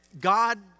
God